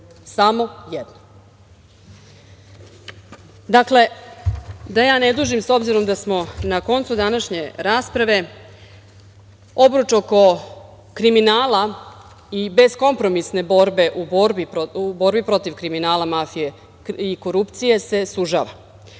samo jedno. Dakle, da ne dužim, s obzirom da smo na koncu današnje rasprave. Obruč oko kriminala i beskompromisne borbe u borbi protiv kriminala, mafije i korupcije se sužava.